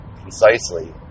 concisely